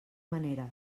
manera